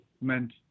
meant